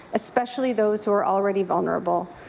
especially those who are already vulnerable.